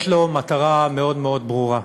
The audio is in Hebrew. יש לו מטרה מאוד מאוד ברורה,